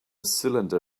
cylinder